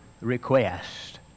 request